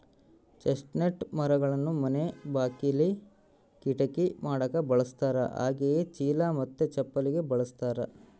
chestnut ಮರಗಳನ್ನ ಮನೆ ಬಾಕಿಲಿ, ಕಿಟಕಿ ಮಾಡಕ ಬಳಸ್ತಾರ ಹಾಗೆಯೇ ಚೀಲ ಮತ್ತೆ ಚಪ್ಪಲಿಗೆ ಬಳಸ್ತಾರ